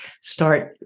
start